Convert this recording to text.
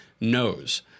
knows